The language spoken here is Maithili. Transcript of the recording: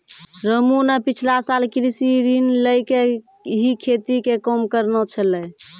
रामू न पिछला साल कृषि ऋण लैकॅ ही खेती के काम करनॅ छेलै